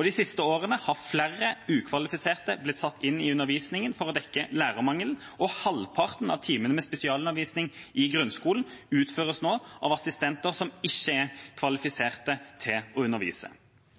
De siste åra har flere ukvalifiserte blitt satt inn i undervisningen for å dekke lærermangelen, og halvparten av timene med spesialundervisning i grunnskolen utføres nå av assistenter som ikke er kvalifiserte til å undervise.